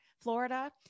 Florida